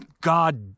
God